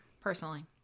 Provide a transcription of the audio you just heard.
Personally